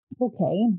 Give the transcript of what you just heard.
okay